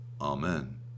Amen